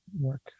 work